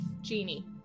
genie